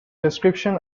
description